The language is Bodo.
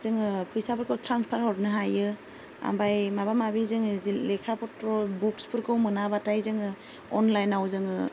जोङो फैसाफोरखौ ट्रान्सफार हरनो हायो ओमफ्राय माबा माबि जोङो लेखा पत्र' बुक्सफोरखौ मोनाबाथाय जोङो अनलाइनआव जोङो